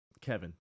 Kevin